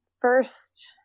first